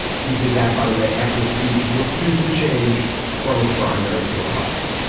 he did that, by the way, after thebes refused to change from a primary to a caucus